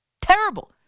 terrible